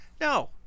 No